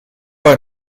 bei